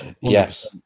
Yes